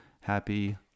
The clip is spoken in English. happy